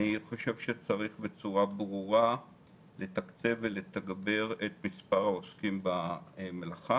אני חושב שצריך בצורה ברורה לתקצב ולתגבר את מספר העוסקים במלאכה,